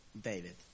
David